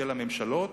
של הממשלות.